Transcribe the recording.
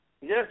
Yes